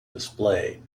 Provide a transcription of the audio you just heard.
display